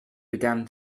began